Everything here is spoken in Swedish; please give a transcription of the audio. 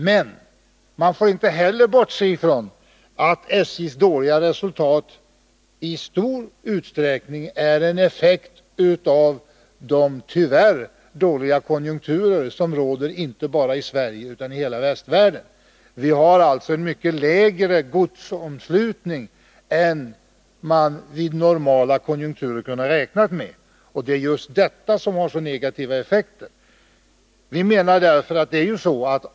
Men man får inte heller bortse från att SJ:s dåliga resultat i stor utsträckning är en effekt av de tyvärr dåliga konjunkturer som råder, inte bara i Sverige utan i hela västvärlden. Vi har alltså en mycket lägre godsomslutning än vad man vid normala konjunkturer kunnat räkna med. Det är just detta förhållande som ger så negativa effekter.